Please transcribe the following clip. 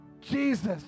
Jesus